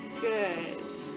Good